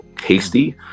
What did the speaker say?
hasty